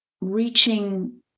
reaching